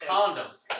Condoms